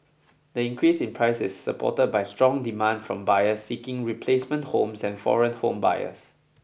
the increase in prices supported by strong demand from buyers seeking replacement homes and foreign home buyers